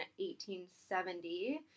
1870